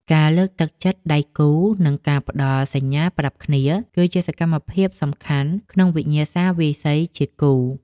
ការលើកទឹកចិត្តដៃគូ និងការផ្ដល់សញ្ញាប្រាប់គ្នា គឺជាសកម្មភាពសំខាន់ក្នុងវិញ្ញាសាវាយសីជាគូ។